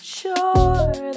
sure